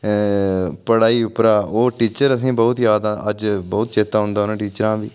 पढ़ाई उप्परा ओह् टीचर असें गी बोहत याद अज्ज बौह्त चेता औंदा उ'नें टीचरां दा बी